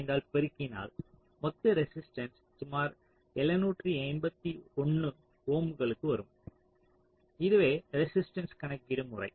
05 ஆல் பெருக்கினால் மொத்த ரெசிஸ்ட்டன்ஸ் சுமார் 781 ஓம்களுக்கு வரும் இதுவே ரெசிஸ்ட்டன்ஸ் கணக்கிடும் முறை